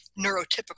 neurotypical